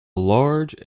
large